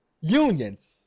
unions